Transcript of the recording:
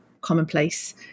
commonplace